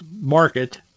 market